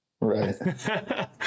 right